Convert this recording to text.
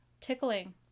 Tickling